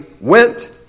went